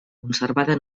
conservada